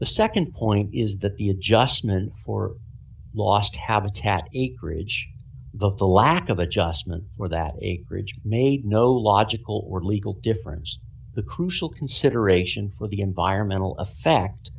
the nd point is that the adjustment for lost habitat eight ridge but the lack of adjustment for that a bridge made no logical or legal difference the crucial consideration for the environmental effect